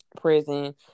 prison